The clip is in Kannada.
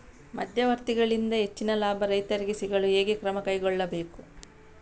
ಮಧ್ಯವರ್ತಿಗಳಿಂದ ಹೆಚ್ಚಿನ ಲಾಭ ರೈತರಿಗೆ ಸಿಗಲು ಹೇಗೆ ಕ್ರಮ ಕೈಗೊಳ್ಳಬೇಕು?